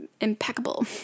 impeccable